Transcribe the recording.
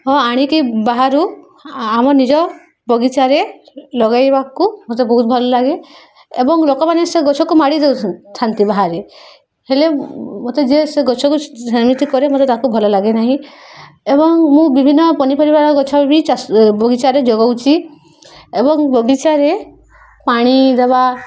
ହଁ ଆଣିକି ବାହାରୁ ଆମ ନିଜ ବଗିଚାରେ ଲଗାଇବାକୁ ମୋତେ ବହୁତ ଭଲ ଲାଗେ ଏବଂ ଲୋକମାନେ ସେ ଗଛକୁ ମାଡ଼ି ଦଉଥାନ୍ତି ବାହାରେ ହେଲେ ମୋତେ ଯେ ସେ ଗଛକୁ ସେମିତି କରେ ମୋତେ ତାକୁ ଭଲ ଲାଗେ ନାହିଁ ଏବଂ ମୁଁ ବିଭିନ୍ନ ପନିପରିବାର ଗଛ ବି ଚାଷ ବଗିଚାରେ ଯୋଗଉଛି ଏବଂ ବଗିଚାରେ ପାଣି ଦବା